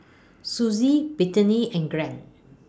Susie Brittny and Glen